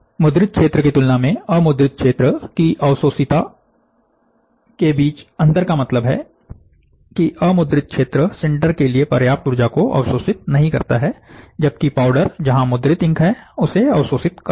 मुद्रित क्षेत्र की तुलना में अमुद्रित क्षेत्र की अवशोषिता के बीच अंतर का मतलब है की अमुद्रित क्षेत्र सिंटर के लिए पर्याप्त ऊर्जा को अवशोषित नहीं करता है जबकि पाउडर जहां मुद्रित इंक है उसे अवशोषित करता है